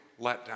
letdown